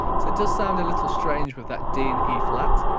so it does sound a little strange with that d and e flat,